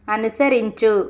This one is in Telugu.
అనుసరించు